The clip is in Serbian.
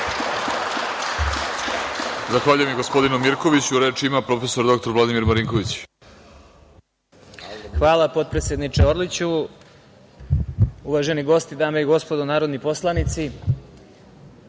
Hvala, potpredsedniče Orliću. Uvaženi gosti, dame i gospodo narodni poslanici,